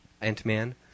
Ant-Man